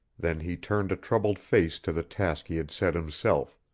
then he turned a troubled face to the task he had set himself,